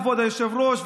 כבוד היושב-ראש,